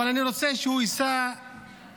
אבל אני רוצה שהוא ייסע וידבר